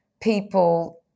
people